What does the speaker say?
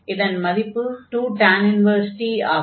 இதன் மதிப்பு 2t ஆகும்